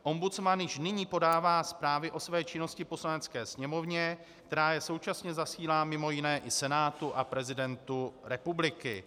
Ombudsman již nyní podává zprávy o své činnosti Poslanecké sněmovně, která je současně zasílá mimo jiné i Senátu a prezidentu republiky.